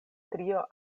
trio